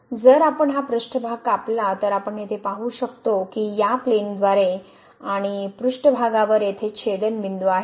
जर आपण हा पृष्ठभाग कापला तर आपण येथे पाहु शकतो की या प्लेनद्वारे आणि पृष्ठभागावर येथे छेदनबिंदू आहे